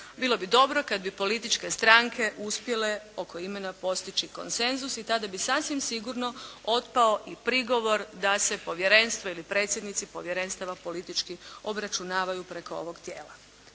Bilo bi dobro kad bi političke stranke uspjele oko imena postići konsenzus i tada bi sasvim sigurno otpao i prigovor da se povjerenstvo ili predsjednici povjerenstava politički obračunavaju preko ovog tijela.